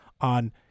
on